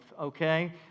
okay